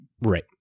Right